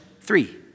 three